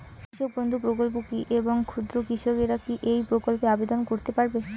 কৃষক বন্ধু প্রকল্প কী এবং ক্ষুদ্র কৃষকেরা কী এই প্রকল্পে আবেদন করতে পারবে?